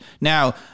Now